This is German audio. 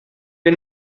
wir